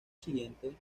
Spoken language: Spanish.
siguiente